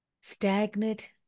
stagnant